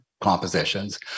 compositions